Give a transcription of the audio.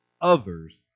others